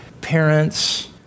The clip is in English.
parents